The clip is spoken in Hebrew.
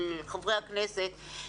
של חברי הכנסת,